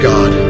God